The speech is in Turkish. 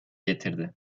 getirdi